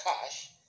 cash